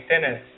tennis